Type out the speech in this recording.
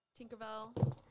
Tinkerbell